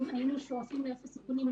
אם היינו שואפים לאפס סיכונים,